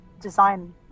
design